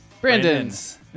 Brandon's